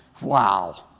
wow